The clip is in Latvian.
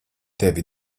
tevi